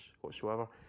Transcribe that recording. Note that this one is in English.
whatsoever